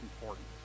important